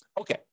Okay